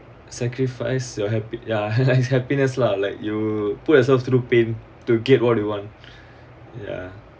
sacrifice your happy ya happiness lah like you put yourself through pain to get what do you want ya